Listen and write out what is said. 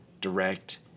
direct